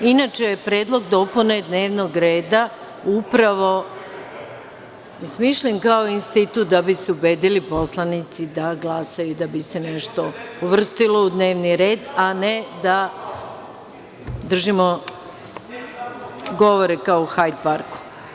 Inače, predlog dopune dnevnog reda je upravo smišljen kao institut da bi se ubedili poslanici da glasaju, da bi se nešto uvrstilo u dnevni red, a ne da držimo govore kao u Hajd parku.